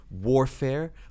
warfare